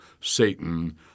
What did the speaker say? Satan